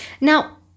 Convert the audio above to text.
now